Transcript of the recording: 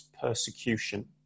persecution